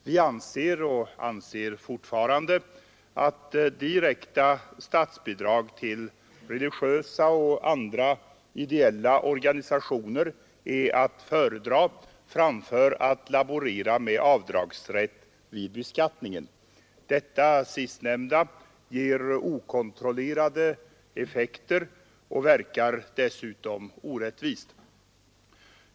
Vi ansåg — och anser fortfarande — att direkta statsbidrag till religiösa och andra ideella organisationer är att föredra framför att laborera med avdragsrätt vid beskattningen. Det sistnämnda förfaringssättet ger okontrollerade effekter och verkar dessutom orättvist.